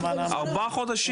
ארבעה חודשים,